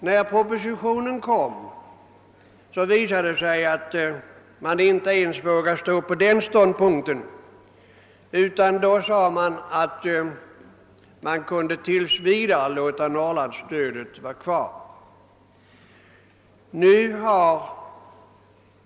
När propositionen kom visade det sig att man inte vågade stanna ens vid den ståndpunkten, utan förklarade att man tills vidare kunde låta Norrlandsstödet vara kvar.